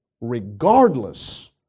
regardless